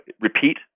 repeat